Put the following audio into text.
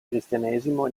cristianesimo